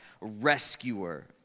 Rescuer